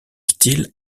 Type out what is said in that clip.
style